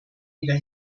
wieder